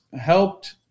helped